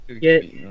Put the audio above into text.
get